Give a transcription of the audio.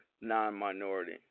non-minority